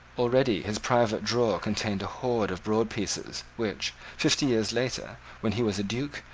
already his private drawer contained a hoard of broad pieces which, fifty years later, when he was a duke,